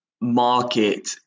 market